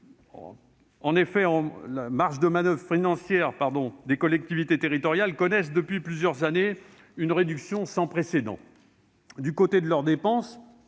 En effet, les marges de manoeuvre financières des collectivités territoriales connaissent depuis plusieurs années une réduction sans précédent. Du côté des dépenses,